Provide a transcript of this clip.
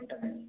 ఉంటానండి